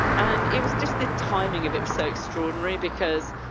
and it was just, the timing of it was so extraordinary because,